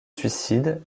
suicide